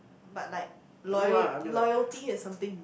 but like loyal loyalty is something